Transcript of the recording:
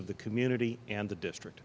of the community and the district